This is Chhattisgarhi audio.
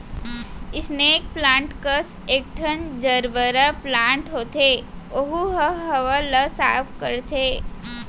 स्नेक प्लांट कस एकठन जरबरा प्लांट होथे ओहू ह हवा ल साफ करथे